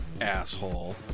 Asshole